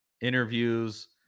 interviews